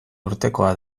urtekoa